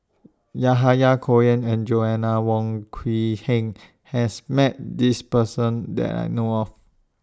Yahya Cohen and Joanna Wong Quee Heng has Met This Person that I know of